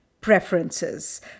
preferences